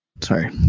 Sorry